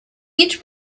each